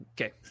Okay